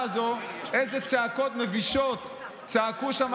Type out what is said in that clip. הזו על הצעקות המבישות שאנשים צעקו שם,